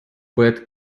bad